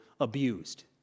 abused